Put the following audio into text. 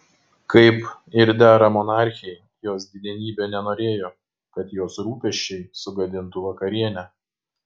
kaip ir dera monarchei jos didenybė nenorėjo kad jos rūpesčiai sugadintų vakarienę